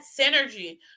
synergy